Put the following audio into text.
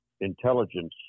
intelligence